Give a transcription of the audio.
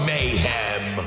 Mayhem